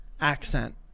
accent